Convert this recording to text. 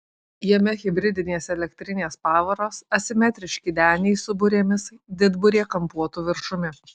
jame hibridinės elektrinės pavaros asimetriški deniai su burėmis didburė kampuotu viršumi